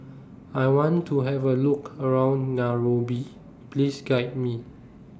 I want to Have A Look around Nairobi Please Guide Me